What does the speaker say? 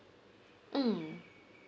mm